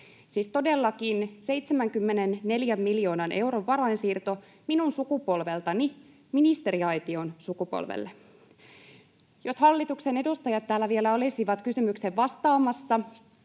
todellakin 74 miljoonan euron varainsiirto minun sukupolveltani ministeriaition sukupolvelle. Jos hallituksen edustajat täällä vielä olisivat kysymykseen vastaamassa